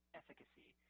efficacy